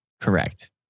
Correct